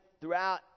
throughout